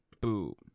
boo